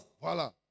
Voilà